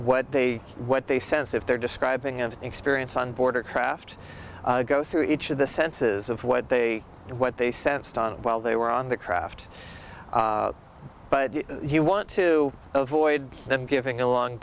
what they what they sense if they're describing of experience on board or craft go through each of the senses of what they do what they sensed on while they were on the craft but you want to avoid them giving a long